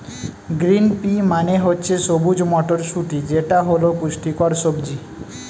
green pea মানে হচ্ছে সবুজ মটরশুঁটি যেটা হল পুষ্টিকর সবজি